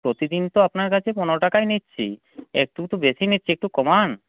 প্রতিদিন তো আপনার কাছে পনেরো টাকাই নিচ্ছি একটু তো বেশি নিচ্ছি একটু কমান